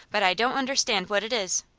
but i don't understand what it is.